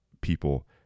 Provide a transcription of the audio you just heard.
people